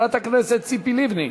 חברת הכנסת ציפי לבני,